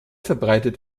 verbreitet